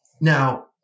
Now